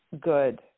good